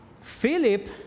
Philip